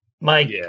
Mike